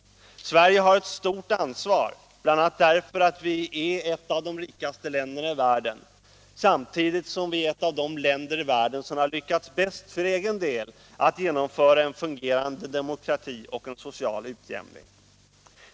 Sverige har ett stort anvar, bl.a. därför att vi är ett av de rikaste länderna i världen, samtidigt som vi är ett av de länder i världen som har lyckats bäst att för egen del genomföra en fungerande demokrati och en social utjämning.